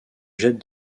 jette